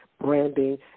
branding